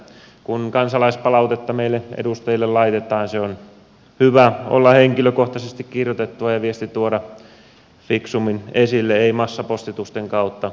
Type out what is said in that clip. kun kansalaispalautetta meille edustajille laitetaan sen on hyvä olla henkilökohtaisesti kirjoitettua ja viesti on hyvä tuoda fiksummin esille ei massapostitusten kautta